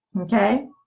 okay